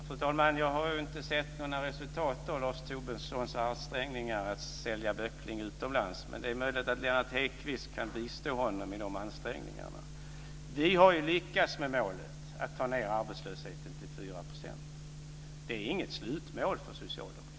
Fru talman! Jag har inte sett några resultat av Lars Tobissons ansträngningar att sälja böckling utomlands, men det är möjligt att Lennart Hedquist kan bistå honom i de ansträngningarna. Vi har lyckats med målet att ta ned arbetslösheten till 4 %. Det är inget slutmål för socialdemokratin.